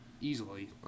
easily